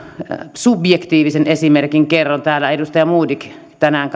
subjektiivisen esimerkin kerron täällä myös edustaja modig tänään